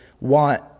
want